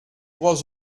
was